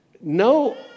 No